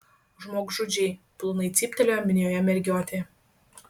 žmogžudžiai plonai cyptelėjo minioje mergiotė